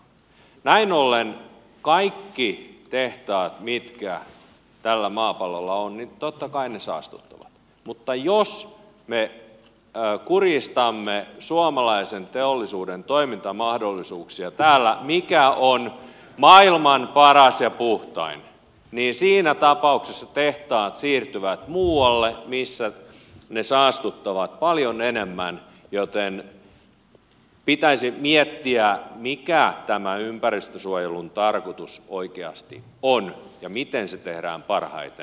näin ollen kaikki tehtaat mitkä tällä maapallolla ovat totta kai saastuttavat mutta jos me kurjistamme suomalaisen teollisuuden mikä on maailman paras ja puhtain toimintamahdollisuuksia täällä niin siinä tapauksessa tehtaat siirtyvät muualle missä ne saastuttavat paljon enemmän joten pitäisi miettiä mikä tämä ympäristönsuojelun tarkoitus oikeasti on ja miten se tehdään parhaiten